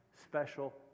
special